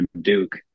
Duke